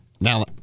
Now